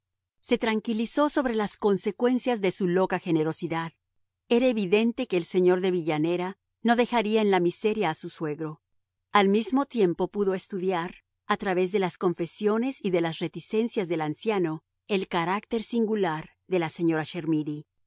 se tranquilizó sobre las consecuencias de su loca generosidad era evidente que el señor de villanera no dejaría en la miseria a su suegro al mismo tiempo pudo estudiar a través de las confesiones y de las reticencias del anciano el carácter singular de la señora